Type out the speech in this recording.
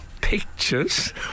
Pictures